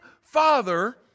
father